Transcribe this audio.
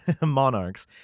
monarchs